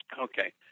Okay